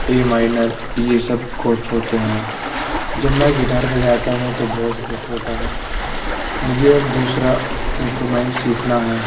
اے minor یہ سب chords ہوتے ہیں جب میں گٹار بجاتا ہوں تو بہت خوش ہوتا ہوں مجھے اب دوسرا انسٹرومنٹ سیکھنا ہے